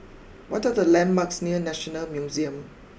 what are the landmarks near National Museum